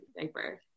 diaper